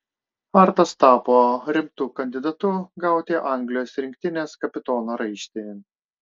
hartas tapo rimtu kandidatu gauti anglijos rinktinės kapitono raištį